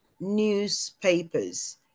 newspapers